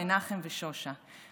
מנחם ושושה,